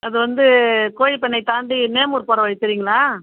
அது வந்து கோழிப்பண்ணை தாண்டி நேமூர் போகிற வழி தெரியுங்களா